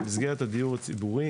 במסגרת הדיור הציבורי,